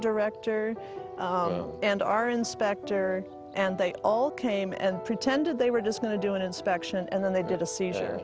director and our inspector and they all came and pretended they were dispatched to do an inspection and then they did a seizure